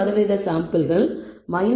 20 சாம்பிள்கள் 0